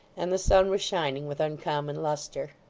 and the sun was shining with uncommon lustre.